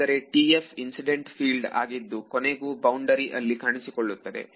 ಏಕೆಂದರೆ TF incident field ಆಗಿದ್ದು ಕೊನೆಗೂ ಬೌಂಡರಿ ಅಲ್ಲಿ ಕಾಣಿಸಿಕೊಳ್ಳುತ್ತದೆ